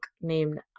named